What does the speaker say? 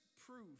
proof